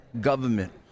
government